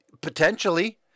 Potentially